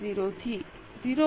0 થી 0